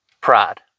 Pride